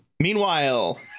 Meanwhile